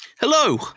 Hello